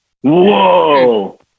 Whoa